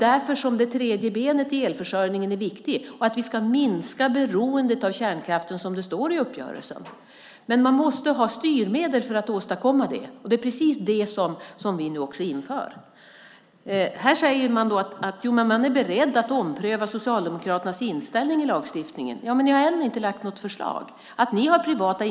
Därför är det tredje benet i elförsörjningen viktigt, att vi ska minska beroendet av kärnkraften, som det också står i uppgörelsen. Men för att kunna åstadkomma det måste man ha styrmedel, och det inför vi nu. Här sägs att man är beredd att ompröva Socialdemokraternas inställning till lagstiftning. Än har ni dock inte lagt fram några förslag, Eva-Lena Jansson.